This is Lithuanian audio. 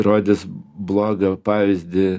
rodys blogą pavyzdį